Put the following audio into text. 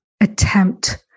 attempt